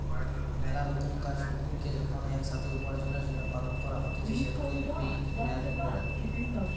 মেলা রোকমকার শুকুরকে যখন এক সাথে উপার্জনের জন্য পালন করা হতিছে সেটকে পিগ রেয়ারিং বলে